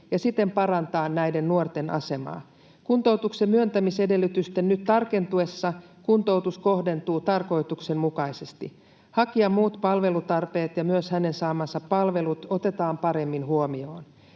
ja siten parantaa näiden nuorten asemaa. Kuntoutuksen myöntämisedellytysten nyt tarkentuessa kuntoutus kohdentuu tarkoituksenmukaisesti. Hakijan muut palvelutarpeet ja myös hänen saamansa palvelut otetaan paremmin huomioon.